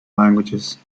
languages